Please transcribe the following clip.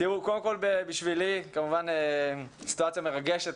קודם כל בשבילי זו סיטואציה מרגשת